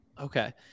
Okay